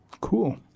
Cool